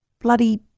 bloody